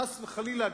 חס וחלילה,